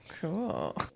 Cool